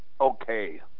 okay